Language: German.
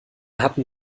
hatten